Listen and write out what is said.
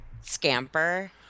Scamper